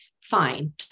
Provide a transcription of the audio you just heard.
Fine